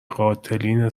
قاتلین